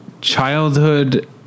childhood